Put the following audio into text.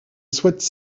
souhaite